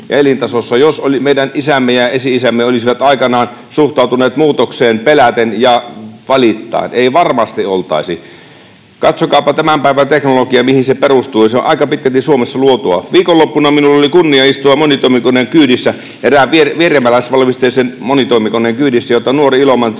jos meidän isämme ja esi-isämme olisivat aikanaan suhtautuneet muutokseen peläten ja valittaen. Emme varmasti olisi. Katsokaapa tämän päivän teknologiaa, mihin se perustuu. Se on aika pitkälti Suomessa luotua. Viikonloppuna minulla oli kunnia istua monitoimikoneen kyydissä, erään vieremäläisvalmisteisen monitoimikoneen kyydissä, jota nuori ilomantsilainen